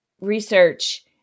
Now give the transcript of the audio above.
research